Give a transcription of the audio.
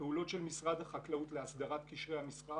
הפעולות של משרד החקלאות להסדרת קשרי המסחר